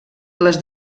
les